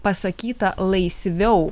pasakyta laisviau